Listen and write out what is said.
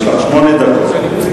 יש לך שמונה דקות.